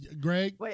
Greg